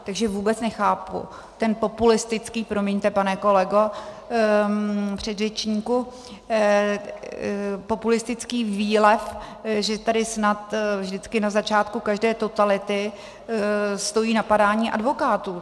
Takže vůbec nechápu ten populistický promiňte pane kolego předřečníku populistický výlev, že tady snad vždycky na začátku každé totality stojí napadání advokátů.